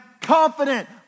confident